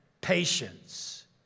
patience